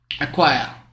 acquire